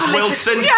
Wilson